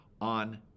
on